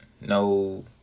No